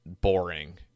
boring